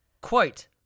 Quote